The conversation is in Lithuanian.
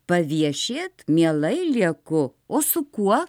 paviešėt mielai lieku o su kuo